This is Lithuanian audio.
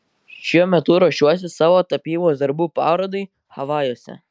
šiuo metu ruošiuosi savo tapybos darbų parodai havajuose